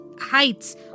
heights